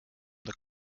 the